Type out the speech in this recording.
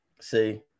See